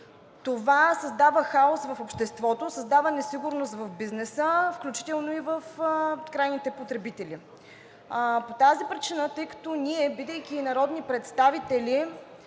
Това създава хаос в обществото, създава несигурност в бизнеса, включително и в крайните потребители. По тази причина, тъй като ние, бидейки народни представители,